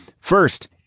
First